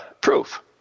proof